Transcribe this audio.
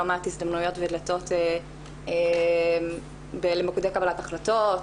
מעט הזדמנויות ודלתות למוקדי קבלת החלטות,